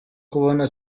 kubona